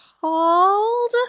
called